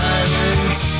Silence